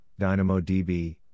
DynamoDB